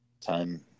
time